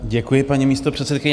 Děkuji, paní místopředsedkyně.